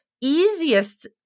easiest